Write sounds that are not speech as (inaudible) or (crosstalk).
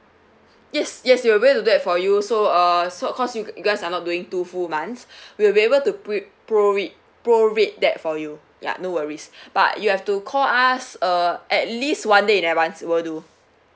yes yes we'll will do that for you so uh so cause you~ you guys are not doing two full months (breath) we'll be able to pro~ prorate prorate that for you ya no worries (breath) but you have to call us uh at least one day in advance will do